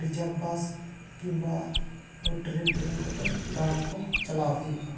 reserve bus ᱠᱤᱢᱵᱟ train ᱯᱷᱮ ᱨᱮ ᱱ ᱠᱚᱛᱮ ᱫᱟᱬᱟᱱ ᱠᱚ ᱪᱟᱞᱟᱣ ᱦᱩᱭᱩᱜᱼᱟ